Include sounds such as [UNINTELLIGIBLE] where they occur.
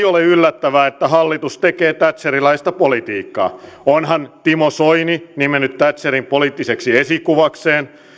[UNINTELLIGIBLE] ole yllättävää että hallitus tekee thatcherilaista politiikkaa onhan timo soini nimennyt thatcherin poliittiseksi esikuvakseen